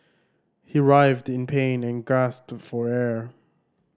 he writhed in pain and gasped for air